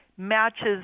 Matches